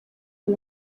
ubu